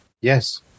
Yes